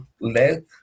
leg